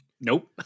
Nope